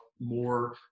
more